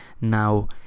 now